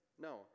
No